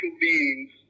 beings